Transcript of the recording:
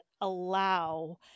allow